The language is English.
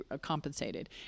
compensated